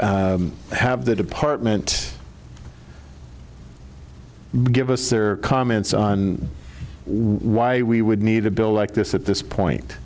to have the department give us their comments on why we would need a bill like this at this point